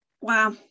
Wow